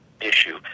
issue